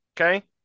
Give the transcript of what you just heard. Okay